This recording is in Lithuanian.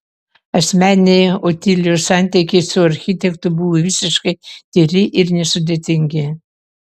asmeniniai otilijos santykiai su architektu buvo visiškai tyri ir nesudėtingi